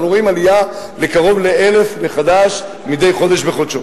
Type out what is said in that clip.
אנחנו רואים מחדש עלייה לקרוב ל-1,000 מדי חודש בחודשו.